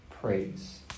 praise